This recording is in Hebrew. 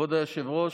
כבוד היושב-ראש,